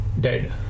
Dead